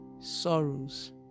sorrows